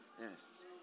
yes